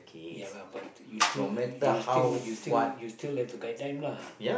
ya lah but you still you still you still you still have to guide them lah